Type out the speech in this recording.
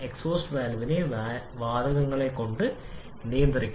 methane ഒരു ഇന്ധനമായി ഉപയോഗിക്കുന്ന ലളിതമായ രാസപ്രവർത്തനം നമ്മൾ പരിഗണിക്കുന്നതുപോലെ